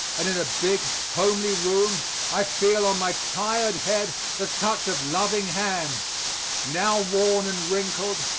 and in a big homely room i feel on my tired head the touch of loving hands now worn and wrinkled,